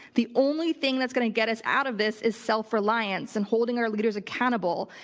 the only thing that's going to get us out of this is self-reliance and holding our leaders accountable.